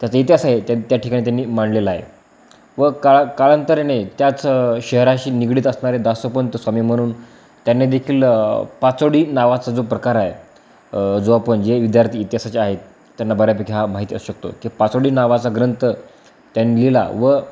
त्याचा इतिहास आहे त्या त्या ठिकाणी त्यांनी मांडलेला आहे व काळ कालांतरने त्याच शहराशी निगडीत असणारे दासोपंत स्वामी म्हणून त्यांनी देखील पासोडी नावाचा जो प्रकार आहे जो आपण जे विद्यार्थी इतिहासाचे आहेत त्यांना बऱ्यापैकी हा माहिती असू शकतो की पासोडी नावाचा ग्रंथ त्यांनी लिहिला व